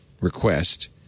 request